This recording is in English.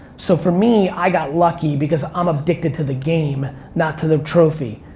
so for me, i got lucky because i'm addicted to the game not to the trophy,